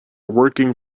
working